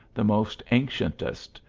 the most ancientest,